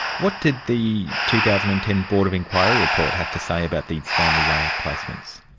what did the two thousand and ten board of inquiry report have to say about these family way placements?